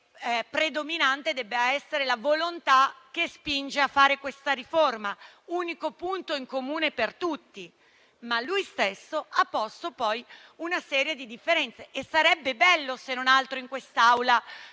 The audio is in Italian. che predominante debba essere la volontà che spinge a fare questa riforma: unico punto in comune per tutti. Ma lui stesso ha posto poi una serie di differenze e sarebbe bello, se non altro in quest'Aula, poter